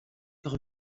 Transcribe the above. par